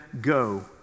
go